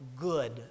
good